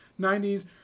90s